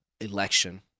election